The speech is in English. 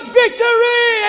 victory